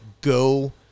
go